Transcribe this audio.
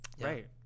Right